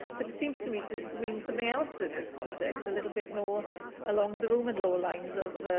but it seems to me to to mean something else in this context, a little bit more along the roman law lines of,